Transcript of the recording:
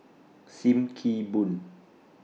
SIM Kee Boon